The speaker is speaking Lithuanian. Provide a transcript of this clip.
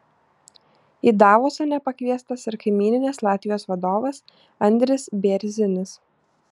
į davosą nepakviestas ir kaimyninės latvijos vadovas andris bėrzinis